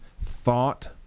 thought